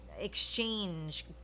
Exchange